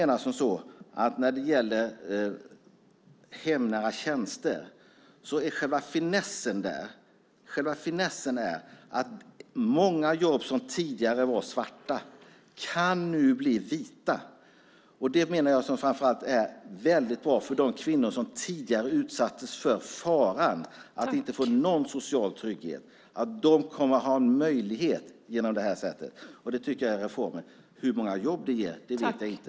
När det slutligen gäller hemnära tjänster är själva finessen att många jobb som tidigare var svarta nu kan bli vita. Det menar jag framför allt är väldigt bra för de kvinnor som tidigare utsattes för faran att inte få någon social trygghet. De kommer att ha en möjlighet på det här sättet, och det tycker jag är en reform. Hur många jobb det ger vet jag inte.